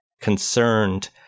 concerned